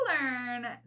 learn